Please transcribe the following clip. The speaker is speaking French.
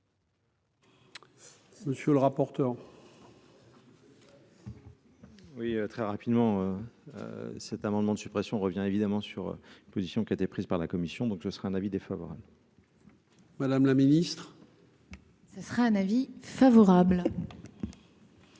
Monsieur le rapporteur. Oui, très rapidement, cet amendement de suppression revient évidemment sur une position qui a été prise par la commission donc je serai un avis défavorable. Madame la Ministre, ce sera un avis favorable.